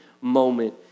moment